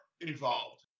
involved